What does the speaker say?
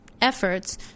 efforts